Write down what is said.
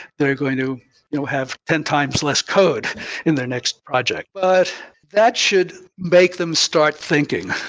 they're going to you know have ten times less code in their next project. but that should make them start thinking,